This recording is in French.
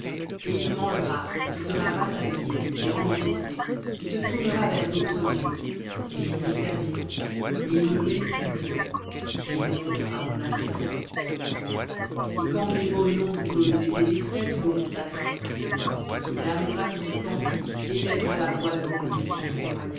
et il mangera et sera rassasié et engraissé et se tournera vers d'autres dieux et ils les serviront et ils me